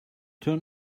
turn